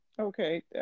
Okay